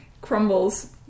crumbles